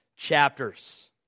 chapters